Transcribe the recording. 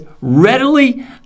readily